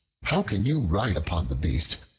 how can you ride upon the beast,